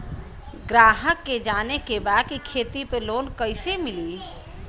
ग्राहक के जाने के बा की खेती पे लोन कैसे मीली?